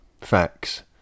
facts